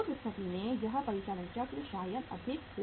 उस स्थिति में यह परिचालन चक्र शायद अधिक का हो